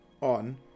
On